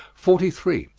forty three.